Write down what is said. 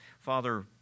Father